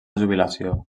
jubilació